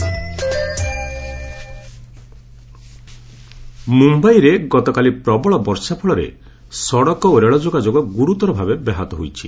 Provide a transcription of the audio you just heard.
weather ମ୍ରମ୍ୟାଇରେ ଗତକାଲି ପ୍ରବଳ ବର୍ଷା ଫଳରେ ସଡ଼କ ଓ ରେଲ୍ ଯୋଗାଯୋଗ ଗ୍ରର୍ତର ଭାବେ ବ୍ୟାହତ ହୋଇଛି